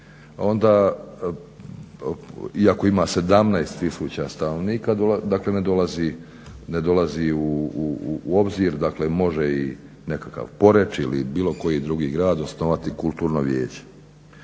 onda, i ako ima 17 tisuća stanovnika dakle ne dolazi u obzir, dakle, može i nekakav Poreč ili bilo koji drugi grad osnovati kulturno vijeće.